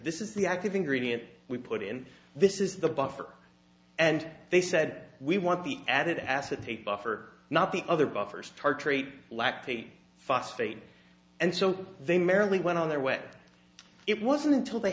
this is the active ingredient we put in this is the buffer and they said we want the added acetate buffer not the other buffers tartrate lactate phosphate and so they merely went on their way it wasn't until they